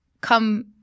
come